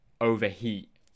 overheat